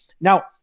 Now